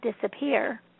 disappear